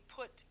put